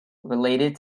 related